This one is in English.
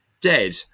dead